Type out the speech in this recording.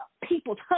people's